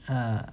uh